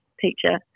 teacher